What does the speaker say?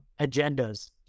agendas